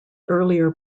earlier